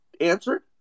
answered